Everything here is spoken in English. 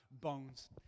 bones